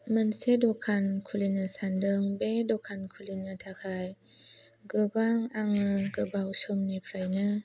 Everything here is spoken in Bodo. मोनसे दखान खुलिनो सानदों बे दखान खुलिनो थाखाय गोबां आङो गोबाव समनिफ्रयनो